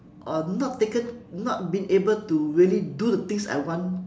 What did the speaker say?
or not taken not been able to really do the things I want